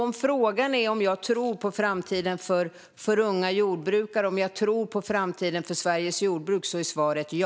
Om frågan är om jag tror på framtiden för unga jordbrukare och på framtiden för Sveriges jordbruk är svaret ja.